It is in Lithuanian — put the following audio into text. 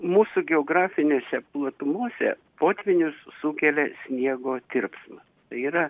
mūsų geografinėse platumose potvynius sukelia sniego tirpsmas yra